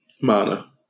Mana